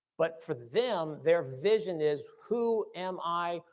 but for them, their vision is who am i,